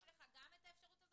יש לך את שתי האפשרויות.